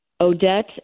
Odette